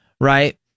right